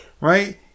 right